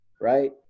right